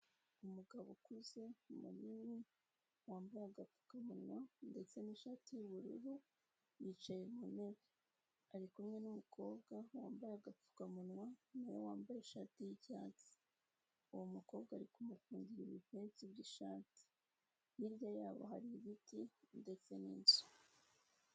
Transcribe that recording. umugabo ukuze munini wambaye agapfukamunwa ndetse n'ishati y'ubururu yicaye ku ntebe ari kumwe n'umukobwa wambaye agapfukamunwa na we wambaye ishati y'icyatsi uwo mukobwa ari kumufungira ibipesi by'ishati hirya yabo hari ibiti ndetse n'inzu.